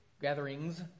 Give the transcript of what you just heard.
gatherings